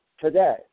today